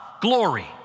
glory